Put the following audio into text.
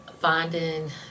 Finding